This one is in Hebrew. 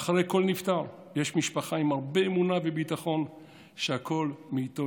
מאחורי כל נפטר יש משפחה עם הרבה אמונה וביטחון שהכול מאיתו,